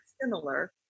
similar